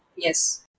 Yes